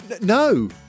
No